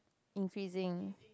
increasing